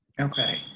okay